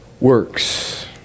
works